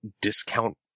discount